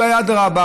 אולי אדרבה,